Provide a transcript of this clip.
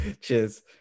Cheers